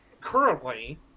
currently